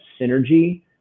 synergy